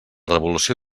revolució